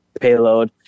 payload